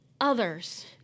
others